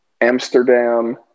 Amsterdam